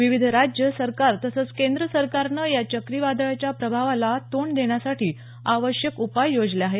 विविध राज्य सरकार तसंच केंद्र सरकारनं या चक्री वादळाच्या प्रभावाला तोंड देण्यासाठी आवश्यक उपाय योजले आहेत